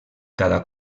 cada